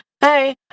hey